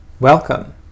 Welcome